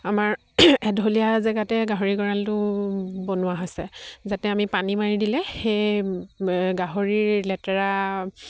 আমাৰ এঢলীয়া জেগাতে গাহৰি গঁৰালটো বনোৱা হৈছে যাতে আমি পানী মাৰি দিলে সেই গাহৰিৰ লেতেৰা